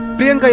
being